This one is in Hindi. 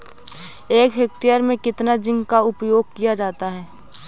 एक हेक्टेयर में कितना जिंक का उपयोग किया जाता है?